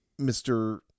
Mr